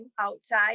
outside